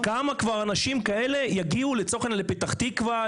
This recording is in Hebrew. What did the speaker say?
כמה אנשים כאלה יגיעו לצורך העניין לפתח תקווה,